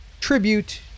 tribute